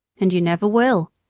and you never will,